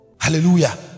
hallelujah